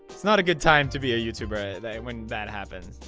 it's not a good time to be a youtuber when that happens.